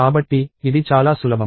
కాబట్టి ఇది చాలా సులభం